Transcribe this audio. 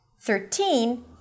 Thirteen